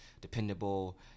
dependable